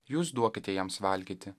jūs duokite jiems valgyti